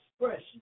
expression